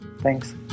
thanks